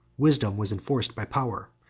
wisdom was enforced by power,